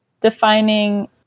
defining